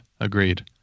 agreed